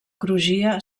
crugia